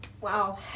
wow